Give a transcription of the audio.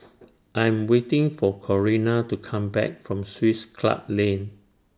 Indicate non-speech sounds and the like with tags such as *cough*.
*noise* I Am waiting For Corrina to Come Back from Swiss Club Lane